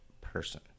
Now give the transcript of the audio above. person